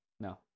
No